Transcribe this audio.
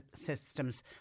systems